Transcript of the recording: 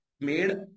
made